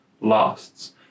lasts